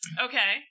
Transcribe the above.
Okay